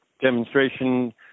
demonstration